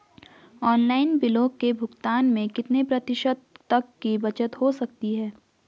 Online बिलों के भुगतान में कितने प्रतिशत तक की बचत हो सकती है?